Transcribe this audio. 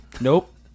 Nope